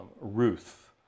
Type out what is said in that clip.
Ruth